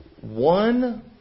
one